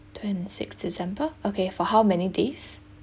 twenty six december okay for how many days